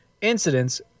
incidents